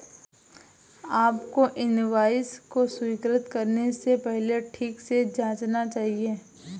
आपको इनवॉइस को स्वीकृत करने से पहले ठीक से जांचना चाहिए